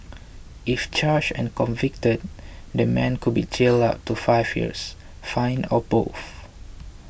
if charged and convicted the man could be jailed up to five years fined or both